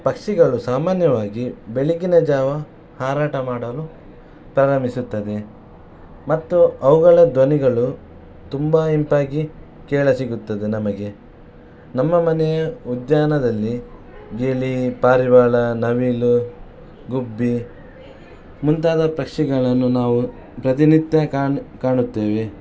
ಪಕ್ಷಿಗಳು ಸಾಮಾನ್ಯವಾಗಿ ಬೆಳಗಿನ ಜಾವ ಹಾರಾಟ ಮಾಡಲು ಪ್ರಾರಂಭಿಸುತ್ತದೆ ಮತ್ತು ಅವುಗಳ ಧ್ವನಿಗಳು ತುಂಬ ಇಂಪಾಗಿ ಕೇಳಸಿಗುತ್ತದೆ ನಮಗೆ ನಮ್ಮ ಮನೆಯ ಉದ್ಯಾನದಲ್ಲಿ ಗಿಳಿ ಪಾರಿವಾಳ ನವಿಲು ಗುಬ್ಬಿ ಮುಂತಾದ ಪಕ್ಷಿಗಳನ್ನು ನಾವು ಪ್ರತಿನಿತ್ಯ ಕಾಣು ಕಾಣುತ್ತೇವೆ